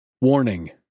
Warning